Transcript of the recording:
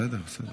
בסדר.